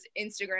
Instagram